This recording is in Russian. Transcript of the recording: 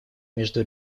между